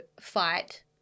fight